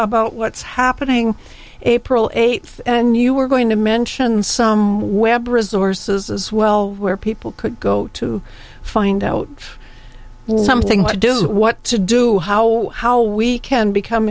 about what's happening april eighth and you were going to mention some web resort as well where people could go to find out something what to do what to do how how we can become